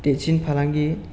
देरसिन फालांगि